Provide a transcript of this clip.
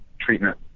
treatment